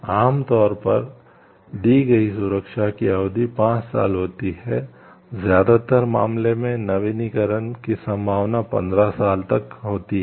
आम तौर पर दी गई सुरक्षा की अवधि पांच साल होती है ज्यादातर मामलों में नवीकरण की संभावना पंदरा साल तक होती है